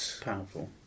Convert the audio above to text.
powerful